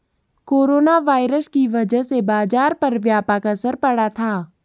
corona virus की वजह से बाजार पर व्यापक असर पड़ा था